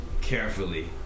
carefully